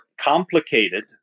complicated